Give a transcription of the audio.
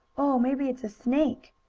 oh, maybe it's a snake!